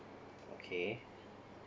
okay